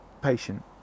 patient